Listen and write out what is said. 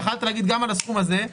גם על הסכום הזה,